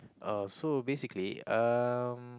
uh so basically um